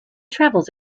travels